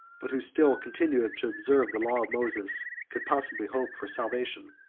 but who still continued to observe the law of moses, could possibly hope for salvation.